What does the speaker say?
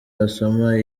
wasoma